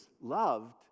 loved